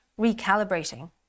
recalibrating